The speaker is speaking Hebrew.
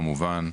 כמובן,